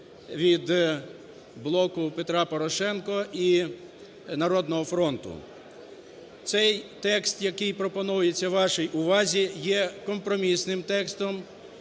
від "Блоку Петра Порошенка" і "Народного фронту". Цей текст, який пропонується вашій увазі, є компромісним текстом,